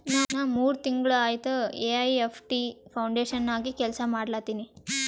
ನಾ ಮೂರ್ ತಿಂಗುಳ ಆಯ್ತ ಎ.ಐ.ಎಫ್.ಟಿ ಫೌಂಡೇಶನ್ ನಾಗೆ ಕೆಲ್ಸಾ ಮಾಡ್ಲತಿನಿ